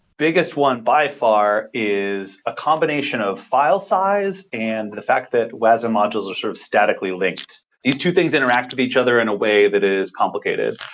biggest one by far is a combination of file size and the fact that wasm modules are sort of statically linked. these two things interact with each other in a way that is complicated.